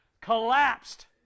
collapsed